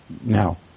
Now